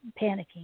panicking